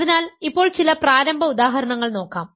അതിനാൽ ഇപ്പോൾ ചില പ്രാരംഭ ഉദാഹരണങ്ങൾ നോക്കാം